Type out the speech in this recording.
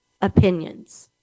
opinions